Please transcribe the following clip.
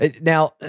Now